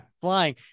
flying